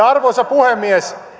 arvoisa puhemies